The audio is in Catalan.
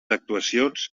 actuacions